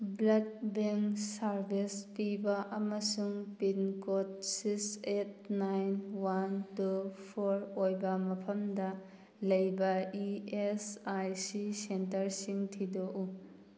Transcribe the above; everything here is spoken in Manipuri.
ꯕ꯭ꯂꯠ ꯕꯦꯡ ꯁꯥꯔꯚꯤꯁ ꯄꯤꯕ ꯑꯃꯁꯨꯡ pin code six eight nine one two four ꯑꯣꯏꯕ ꯃꯐꯝꯗ ꯂꯩꯕ ꯏ ꯑꯦꯁ ꯑꯥꯏ ꯁꯤ ꯁꯦꯟꯇꯔꯁꯤꯡ ꯊꯤꯗꯣꯛꯎ